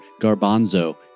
Garbanzo